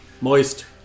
Moist